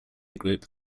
group